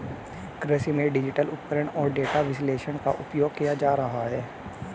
कृषि में डिजिटल उपकरण और डेटा विश्लेषण का उपयोग किया जा रहा है